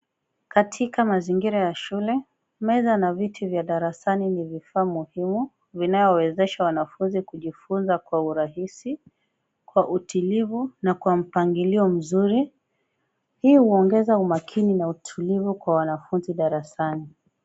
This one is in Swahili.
Katika mazingira ya shule, meza na viti vya darasani ni vifaa muhimu vinayowezesha wanafunzi kujifunza kwa urahisi, kwa utulivu na kwa mpangilio mzuri. Hii huongeza umakini na utulivu kwa wanafunzi darasani.